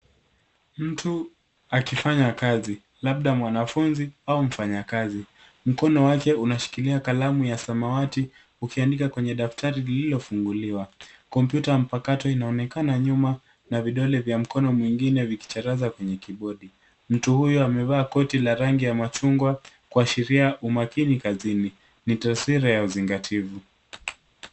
Mtu akifanya kazi labda mwanafunzi au mfanyakazi. Mkono wake unashikilia kalamu ya samawati ukiandika kwenye daftari lililofunguliwa. Kompyuta mpakato inaonekana nyuma na vidole vya mkono mwingine vikicharaza kwenye kibodi. Mtu huyo amevaa koti la rangi ya machungwa kuashiria umakini kazini. Ni taswira ya uzingativu.